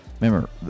Remember